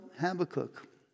Habakkuk